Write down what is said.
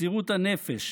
מסירות הנפש